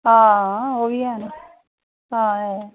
हां ओह् बी हैन